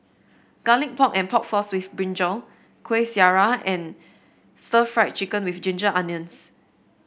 Garlic Pork and Pork Floss with brinjal Kueh Syara and Stir Fried Chicken with Ginger Onions